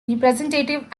representative